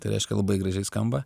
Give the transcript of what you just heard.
tai reiškia labai gražiai skamba